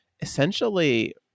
essentially